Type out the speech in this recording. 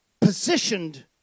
positioned